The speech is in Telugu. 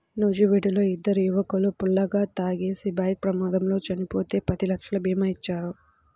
నూజివీడులో ఇద్దరు యువకులు ఫుల్లుగా తాగేసి బైక్ ప్రమాదంలో చనిపోతే పది లక్షల భీమా ఇచ్చారు